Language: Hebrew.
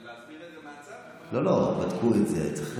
להסביר את זה מהצד או, לא, בדקו את זה, צריך,